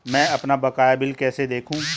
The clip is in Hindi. मैं अपना बकाया बिल कैसे देखूं?